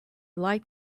light